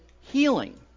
healing